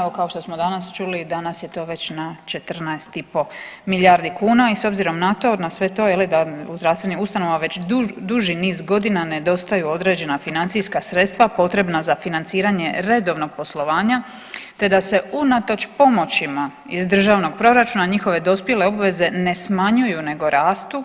Evo kao što smo danas čuli, danas je to već na 14 i pol milijardi kuna i s obzirom na to, sve to da u zdravstvenim ustanovama već duži niz godina nedostaju određena financijska sredstva potrebna za financiranje redovnog poslovanja, te da se unatoč pomoćima iz državnog proračuna njihove dospjele obveze ne smanjuju nego rastu